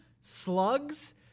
slugs